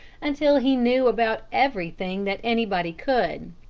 until he knew about everything that anybody could.